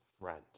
friend